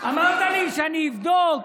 אמרת לי שאני אבדוק,